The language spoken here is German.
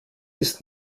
ist